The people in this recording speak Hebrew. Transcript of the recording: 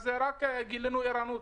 אז רק גילינו ערנות,